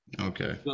Okay